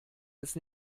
jetzt